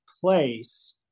place